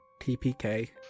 TPK